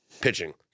pitching